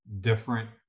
different